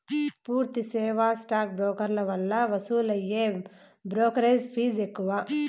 పూర్తి సేవా స్టాక్ బ్రోకర్ల వల్ల వసూలయ్యే బ్రోకెరేజ్ ఫీజ్ ఎక్కువ